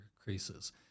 increases